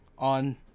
on